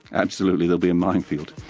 absolutely, it'll be a minefield.